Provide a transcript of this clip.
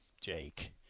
Jake